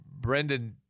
Brendan